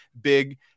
Big